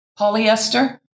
polyester